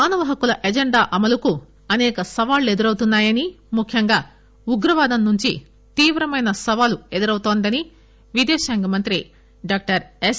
మానవ హక్కుల ఎజెండా అమలుకు అనేక సవాళ్లు ఎదురవుతున్నాయని ముఖ్యంగా ఉగ్రవాదం నుంచి తీవ్రమైన సవాలు ఎదురవుతోందని విదేశాంగ మంత్రి డాక్టర్ ఎస్